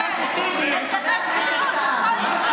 חבר הכנסת טיבי וחבר הכנסת סעדי,